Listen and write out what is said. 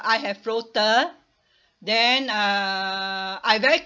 I have rotor then uh I very